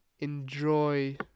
enjoy